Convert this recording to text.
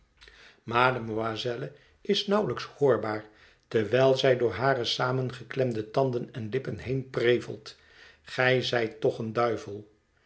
mademoiselle is nauwelijks hoorbaar terwijl zij door hare samengeklemde tanden en lippen heen prevelt gij zijt toch een duivel